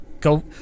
go